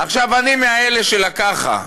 עכשיו, אני מאלה שככה,